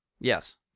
yes